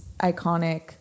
iconic